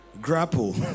Grapple